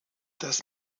das